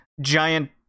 giant